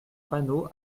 panneau